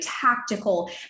tactical